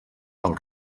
del